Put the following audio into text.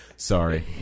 Sorry